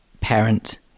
parent